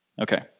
Okay